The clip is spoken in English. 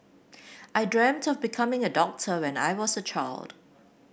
I dreamt of becoming a doctor when I was a child